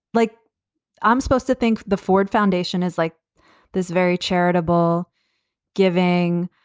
like i'm supposed to think. the ford foundation is like this very charitable giving.